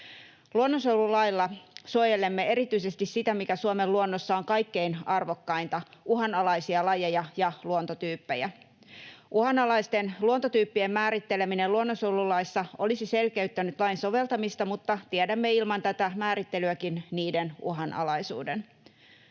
Luonnonsuojelulailla suojelemme erityisesti sitä, mikä Suomen luonnossa on kaikkein arvokkainta: uhanalaisia lajeja ja luontotyyppejä. Uhanalaisten luontotyyppien määritteleminen luonnonsuojelulaissa olisi selkeyttänyt lain soveltamista, mutta tiedämme ilman tätä määrittelyäkin niiden uhanalaisuuden.